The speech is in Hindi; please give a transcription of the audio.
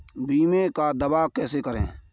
बीमे का दावा कैसे करें?